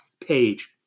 page